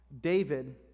David